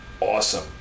awesome